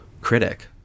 critic